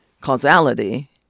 causality